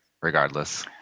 regardless